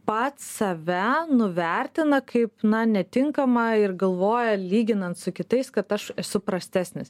pats save nuvertina kaip na netinkamą ir galvoja lyginant su kitais kad aš esu prastesnis